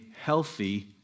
healthy